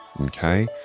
okay